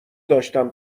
داشتم